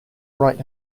right